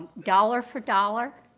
dollar for dollar,